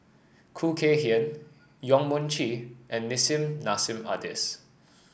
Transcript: Khoo Kay Hian Yong Mun Chee and Nissim Nassim Adis